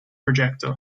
projector